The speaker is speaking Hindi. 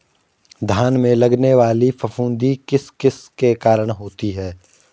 धान में लगने वाली फफूंदी किस किस के कारण होती है?